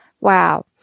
Wow